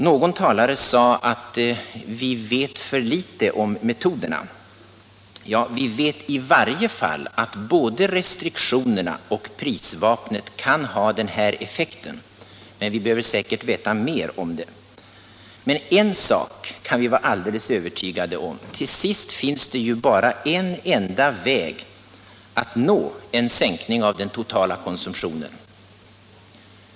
Någon talare sade att vi vet för litet om metoderna. Ja, vi vet i varje fall att både restriktionerna och prisvapnet kan ha den här effekten, men vi behöver veta mer. En sak kan vi dock vara alldeles övertygade om: till sist finns det bara en enda väg att uppnå en sänkning av den totala konsumtionen.